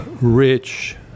rich